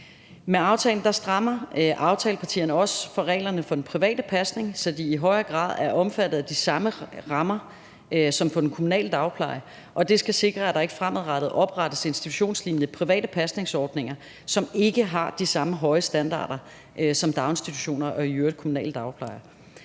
Med aftalen strammer aftalepartierne også for reglerne for den private pasning, så de i højere grad er omfattet af de samme rammer som for den kommunale dagpleje, og det skal sikre, at der ikke fremadrettet oprettes institutionslignende private pasningsordninger, som ikke har de samme høje standarder som daginstitutioner og i øvrigt kommunale dagplejere.